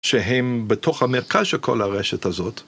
שהם בתוך המרכז של כל הרשת הזאת.